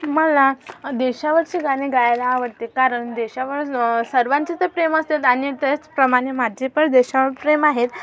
मला देशावरचे गाणे गायला आवडते कारण देशावर सर्वांचे तर प्रेम असतेच आणि त्याचप्रमाणे माझे पण देशावर प्रेम आहे